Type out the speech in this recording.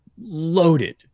loaded